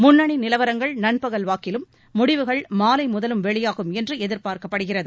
முன்னணி நிலவரங்கள் நண்பகல் வாக்கிலும் முடிவுகள் மாலை முதலும் வெளியாகும் என்று எதிர்பார்க்கப்படுகிறது